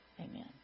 Amen